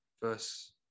verse